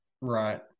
Right